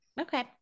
Okay